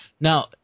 Now